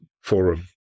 forum